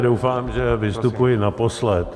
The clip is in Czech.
Já doufám, že vystupuji naposled.